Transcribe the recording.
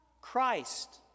Christ